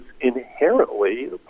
inherently